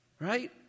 right